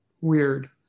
weird